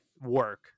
work